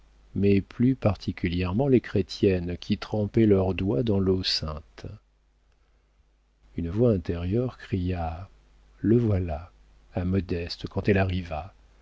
mais plus particulièrement les chrétiennes qui trempaient leurs doigts dans l'eau sainte une voix intérieure cria le voilà à modeste quand elle arriva